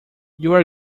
you’re